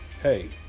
Hey